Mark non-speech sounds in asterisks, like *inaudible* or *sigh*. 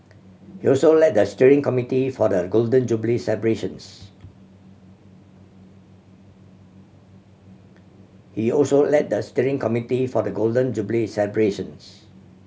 he also led the steering committee for the Golden Jubilee celebrations *noise* he also led the steering committee for the Golden Jubilee celebrations